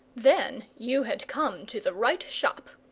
then you had come to the right shop.